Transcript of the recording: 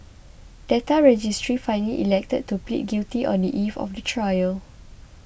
data register finally elected to plead guilty on the eve of the trial